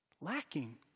lacking